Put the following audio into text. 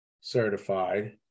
certified